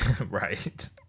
right